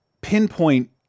pinpoint